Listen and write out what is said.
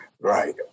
right